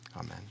amen